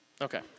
Okay